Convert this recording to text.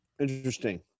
Interesting